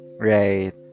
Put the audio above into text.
Right